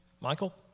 Michael